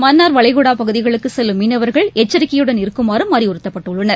மன்னார்வளைகுடாபகுதிகளுக்குசெல்லும் மீனவர்ள் எச்சரிக்கையுடன் இருக்குமாறும் அறிவறுத்தப்பட்டுள்ளனர்